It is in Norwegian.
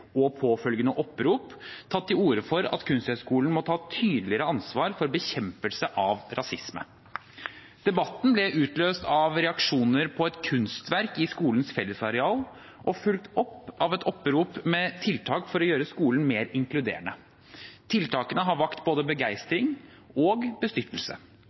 og påfølgende opprop tatt til orde for at Kunsthøgskolen må ta tydeligere ansvar for bekjempelse av rasisme. Debatten ble utløst av reaksjoner på et kunstverk i skolens fellesareal og fulgt opp av et opprop med tiltak for å gjøre skolen mer inkluderende. Tiltakene har vakt både begeistring og bestyrtelse.